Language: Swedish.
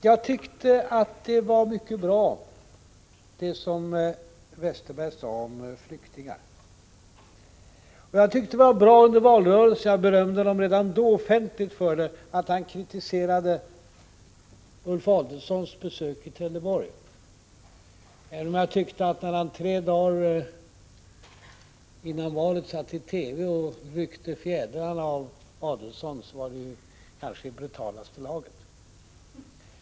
Jag tyckte att det som Westerberg sade om flyktingar var mycket bra. Jag tyckte att det var bra under valrörelsen, och jag berömde honom redan då offentligt för att han kritiserade Ulf Adelsohns besök i Trelleborg — även om jag tyckte att hans agerande kanske var i brutalaste laget när han i TV tre dagar före valet satt och ryckte fjädrarna av Adelsohn.